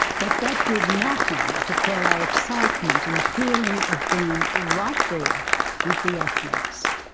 but that did nothing to quell our excitement and feeling of being right there with the athletes.